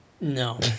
No